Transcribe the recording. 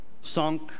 sunk